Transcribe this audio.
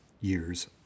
years